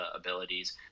abilities